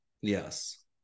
Yes